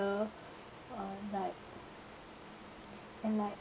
uh like and like